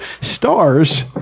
Stars